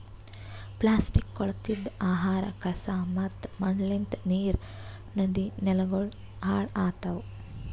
plastic, ಕೊಳತಿದ್ ಆಹಾರ, ಕಸಾ ಮತ್ತ ಮಣ್ಣಲಿಂತ್ ನೀರ್, ನದಿ, ನೆಲಗೊಳ್ ಹಾಳ್ ಆತವ್